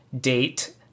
date